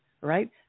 right